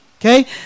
okay